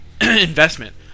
investment